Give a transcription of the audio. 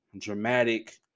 dramatic